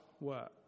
work